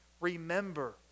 remember